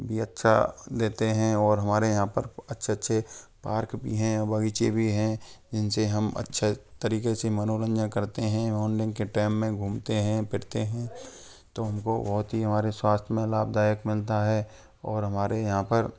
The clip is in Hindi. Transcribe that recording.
भी अच्छा देते हैं और हमारे यहाँ पर अच्छे अच्छे पार्क भी हैं बगीचे भी हैं इनसे हम अच्छे तरीके से मनोरंजन करते हैं ऑनलिंक के टाइम में घूमते हैं फिरते हैं तो हमको बहुत ही हमारे स्वास्थ्य में लाभदायक मिलता है और हमारे यहाँ पर